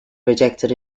rejected